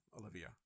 olivia